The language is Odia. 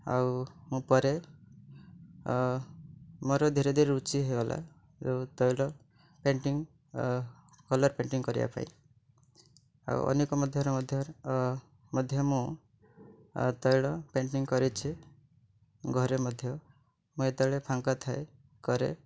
ଆଉ ମୁଁ ପରେ ମୋର ଧୀରେ ଧୀରେ ରୁଚି ହୋଇଗଲା ତୈଳ ଯେଉଁ ପେଣ୍ଟିଂ କଲର୍ ପେଣ୍ଟିଂ କରିବା ପାଇଁଁ ଆଉ ଅନେକ ମଧ୍ୟରେ ମଧ୍ୟରେ ମଧ୍ୟ ମୁଁ ତୈଳ ପେଣ୍ଟିଂ କରିଛି ଘରେ ମଧ୍ୟ ମୁଁ ଯେତେବେଳେ ଫାଙ୍କାଥାଏ କରେ